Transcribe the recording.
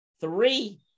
three